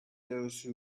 those